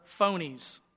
phonies